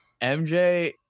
MJ –